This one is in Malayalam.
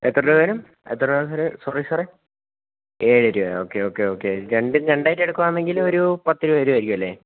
എത്ര രൂപ വരും എത്ര രൂപയാണ് സാറേ സോറി സാറേ ഏഴു രൂപയോ ഓക്കേ ഓക്കേ ഓക്കേ രണ്ടും രണ്ടായിട്ട് എടുക്കുകയാണെങ്കില് ഒരു പത്തു രൂപ വരുമായിരിക്കുമല്ലേ